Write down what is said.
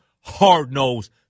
hard-nosed